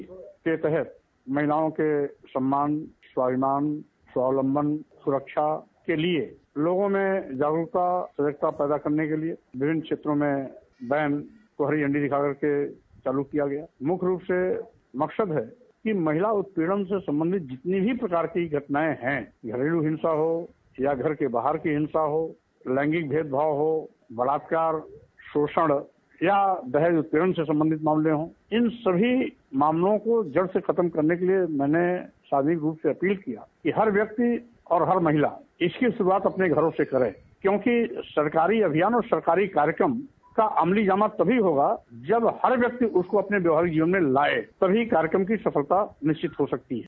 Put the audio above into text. बाइटमौर्या mission शक्ति के तहत महिलाओं के सम्मान स्वाभिमान स्वावलंबन सुरक्षा के लिए लोगों से जागरूकता पैदा करने के लिए विभिन्न क्षेत्रों में बैन को हरी झण्डी दिखाकर चालू किया गया मुख्य रूप से मकसद है कि महिला उत्पीड़न से संबंधित जितनी भी प्रकार की घटनाये हैं घरेलू हिंसा हो या घर के बार की हिंसा हो लैंगिग भेदभाव हो या महिला की घटनायें हो बलात्कार शोषण दुराचार से संबंधित मामले हो या दहेज उत्पीड़न के मामले हो इन सभी मामलों को जड़ से खेत्म करने के लिए मैंने सार्वजनिक रूप से अपील की कि हर व्यक्ति और हर महिला इसकी शुरूआत अपने घरों से करें क्योंकि सरकारी अभियान और सरकारी कार्यक्रम का अमलीजामा तभी होगा जब हर व्यक्ति उसको अपने व्यावहारिक जीवन में लाये तभी इस कार्यक्रम की सफलता निश्चित हो सकती है